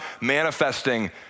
manifesting